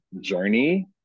journey